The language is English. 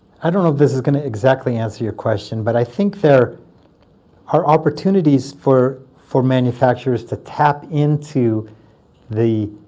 i don't know this is going to exactly answer your question. but i think there are opportunities for for manufacturers to tap into the